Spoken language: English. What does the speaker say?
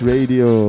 Radio